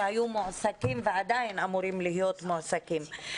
שהיו מועסקים ועדיין אמורים להיות מועסקים.